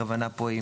הכוונה פה היא